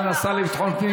תודה.